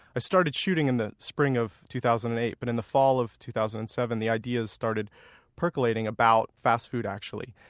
i started shooting in the spring of two thousand and eight, but in the fall of two thousand and seven, the ideas started percolating about fast food, actually.